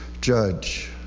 judge